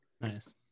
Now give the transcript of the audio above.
nice